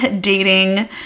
dating